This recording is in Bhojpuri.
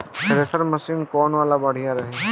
थ्रेशर मशीन कौन वाला बढ़िया रही?